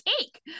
take